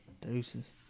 Deuces